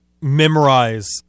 memorize